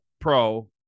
pro